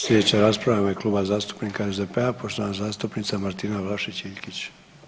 Sljedeća rasprava je u ime Kluba zastupnika SDP-a poštovana zastupnica Martina Vlašić Iljkić.